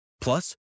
Plus